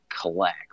collect